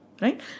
Right